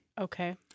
okay